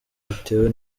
bitewe